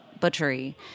butchery